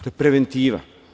To je preventiva.